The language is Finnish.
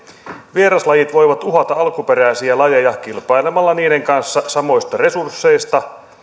vieraslajit voivat uhata alkuperäisiä lajeja kilpailemalla niiden kanssa samoista resursseista